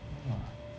ah